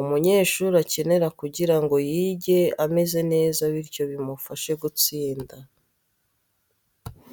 umunyeshuri akenera kugira ngo yige ameze neza bityo bimufashe gutsinda.